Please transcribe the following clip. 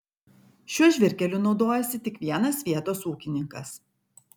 šiuo žvyrkeliu naudojasi tik vienas vietos ūkininkas